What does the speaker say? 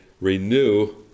renew